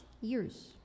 Years